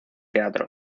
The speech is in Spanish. teatro